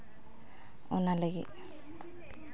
ᱚᱱᱟ ᱞᱟᱹᱜᱤᱫ